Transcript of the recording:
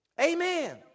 Amen